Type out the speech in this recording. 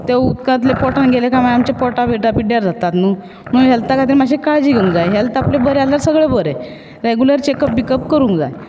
तें उदकांतलें पोटांत गेलें काय मागीर आमचे पोटां बिटां पिड्ड्यार जातात न्हू म्हणून हॅल्था खातीर मातशे काळजी घेवपाक जाय हॅल्थ आपलें बरें आसल्यार सगळें बरें regular check up pick up करूंक जाय